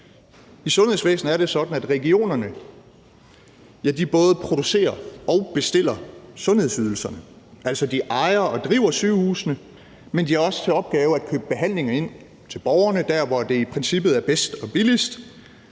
I sundhedsvæsenet er det sådan, at regionerne både producerer og bestiller sundhedsydelserne, altså de ejer og driver sygehusene, men de har også til opgave at købe behandlinger ind til borgerne dér, hvor det i princippet er bedst og billigst.